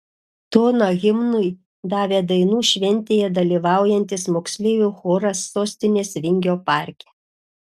toną himnui davė dainų šventėje dalyvaujantis moksleivių choras sostinės vingio parke